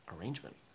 arrangement